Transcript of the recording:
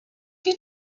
die